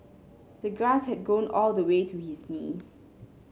the grass had grown all the way to his knees